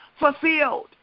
fulfilled